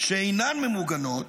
שאינן ממוגנות,